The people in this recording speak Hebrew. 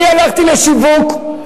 אני הלכתי לשיווק,